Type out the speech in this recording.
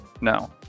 no